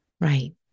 Right